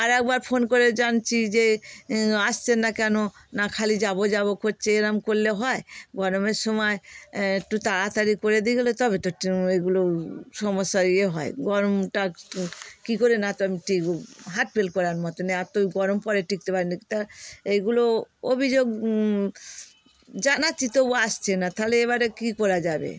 আরেকবার ফোন করে জানছি যে আসছেন না কেন না খালি যাবো যাবো করছে এরম করলে হয় গরমের সময় একটু তাড়াতাড়ি করে দিয়ে গেলে তবে তো এগুলো সমস্য্যা ইয়ে হয় গরমটা কী করে না তো টিকবো হার্ট ফেল করার মতোন আর এতো গরম পড়ে টিকতে পারি না এইগুলো অভিযোগ জানাচ্ছি তবু আসছে না তাহলে এবারে কী করা যাবে